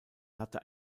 hatte